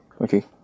Okay